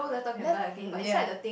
lap~ ya